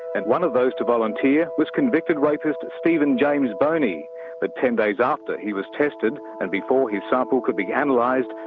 and one of those to volunteer was convicted rapist stephen james boney but ten days after he was tested and before his sample could be and like